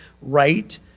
right